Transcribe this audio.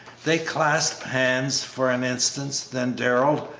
they clasped hands for an instant, then darrell,